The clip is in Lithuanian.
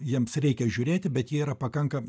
jiems reikia žiūrėti bet jie yra pakankamai